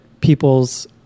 people's